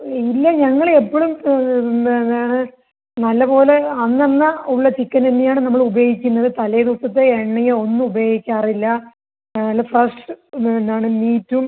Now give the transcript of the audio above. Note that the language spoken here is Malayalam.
ഇല്ല ഞങ്ങൾ എപ്പോഴും എന്താണ് നല്ലപോലെ അന്നന്ന് ഉള്ള ചിക്കൻ തന്നെയാണ് നമ്മൾ ഉപയോഗിക്കുന്നത് തലേ ദിവസത്തെ എണ്ണയോ ഒന്നും ഉപയോഗിക്കാറില്ല നല്ല ഫ്രഷ് എന്താണ് മീറ്റും